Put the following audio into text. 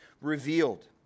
revealed